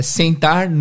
sentar